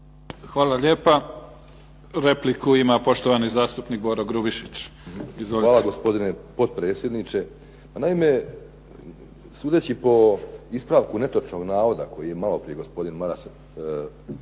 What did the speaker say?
Hvala lijepa. Repliku ima poštovani zastupnik Boro Grubišić. Izvolite. **Grubišić, Boro (HDSSB)** Hvala gospodine potpredsjedniče. Naime, sudeći po ispravku netočnog navoda koji je maloprije gospodin Maras,